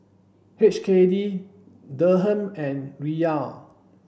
H K D Dirham and Riyal